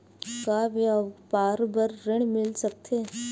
का व्यापार बर ऋण मिल सकथे?